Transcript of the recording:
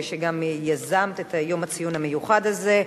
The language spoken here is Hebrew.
שגם יזמת את ציון היום המיוחד הזה.